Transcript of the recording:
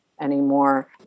anymore